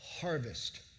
Harvest